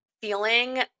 feeling